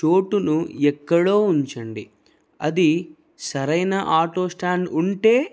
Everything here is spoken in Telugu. చోటును ఎక్కడో ఉంచండి అది సరైన ఆటో స్టాండ్ ఉంటే